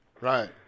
right